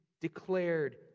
declared